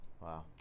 Wow